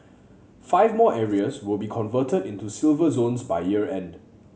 five more areas will be converted into Silver Zones by year end